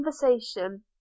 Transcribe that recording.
conversation